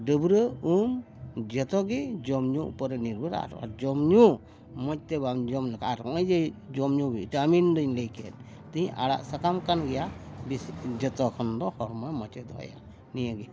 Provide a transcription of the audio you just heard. ᱰᱟᱹᱵᱽᱨᱟᱹᱜ ᱩᱢ ᱡᱷᱚᱛᱚᱜᱮ ᱡᱚᱢᱼᱧᱩ ᱩᱯᱚᱨᱮ ᱱᱤᱨᱵᱷᱚᱨᱟ ᱟᱨ ᱡᱚᱢᱼᱧᱩ ᱢᱚᱡᱽ ᱛᱮ ᱵᱟᱢ ᱡᱚᱢ ᱞᱮᱠᱷᱟᱱ ᱟᱨ ᱱᱚᱜ ᱚᱭ ᱡᱮ ᱡᱚᱢᱼᱧᱩ ᱵᱷᱤᱴᱟᱢᱤᱱ ᱫᱚᱧ ᱞᱟᱹᱭ ᱠᱮᱫ ᱛᱤᱦᱤᱧ ᱟᱲᱟᱜ ᱥᱟᱠᱟᱢ ᱠᱟᱱ ᱜᱮᱭᱟ ᱵᱤᱥᱤ ᱡᱷᱚᱛᱚ ᱠᱷᱚᱱ ᱫᱚ ᱦᱚᱲᱢᱚ ᱢᱚᱡᱽ ᱮ ᱫᱚᱦᱚᱭᱟ ᱱᱤᱭᱟᱹᱜᱮ